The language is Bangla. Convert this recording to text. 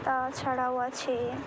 তাছাড়াও আছে